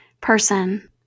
person